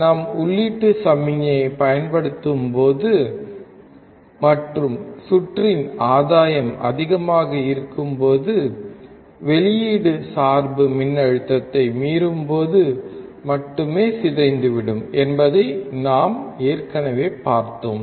நாம் உள்ளீட்டு சமிக்ஞையைப் பயன்படுத்தும்போது மற்றும் சுற்றின் ஆதாயம் அதிகமாக இருக்கும்போது வெளியீடு சார்பு மின்னழுத்தத்தை மீறும் போது மட்டுமே சிதைந்துவிடும் என்பதை நாம் ஏற்கனவே பார்த்தோம்